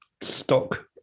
stock